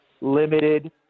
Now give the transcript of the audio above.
limited